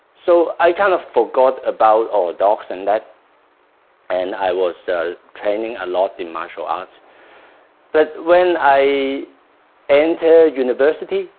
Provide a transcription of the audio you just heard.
so i kind of forgot about ah dogs and that and i was training a lot in martial arts but when i entered university,